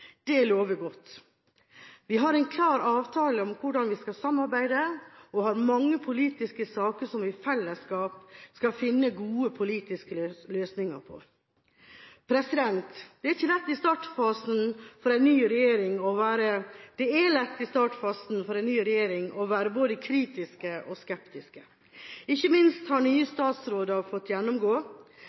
Det lover godt. Vi har en klar avtale om hvordan vi skal samarbeide, og vi har mange politiske saker som vi i fellesskap skal finne gode politiske løsninger på. Det er lett i startfasen for en ny regjering å være både kritisk og skeptisk. Ikke minst har nye statsråder fått gjennomgå.